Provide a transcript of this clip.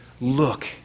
look